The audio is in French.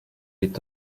est